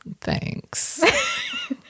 thanks